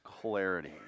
clarity